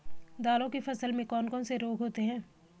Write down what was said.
दालों की फसल में कौन कौन से रोग होते हैं?